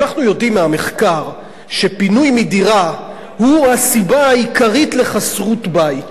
אנחנו יודעים מהמחקר שפינוי מדירה הוא הסיבה העיקרית לחסרות-בית.